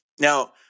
now